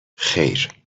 خیر